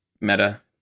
Meta